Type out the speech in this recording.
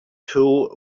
too